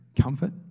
comfort